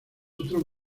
otro